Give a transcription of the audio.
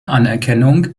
anerkennung